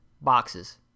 boxes